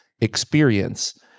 experience